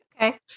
Okay